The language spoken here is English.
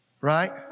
Right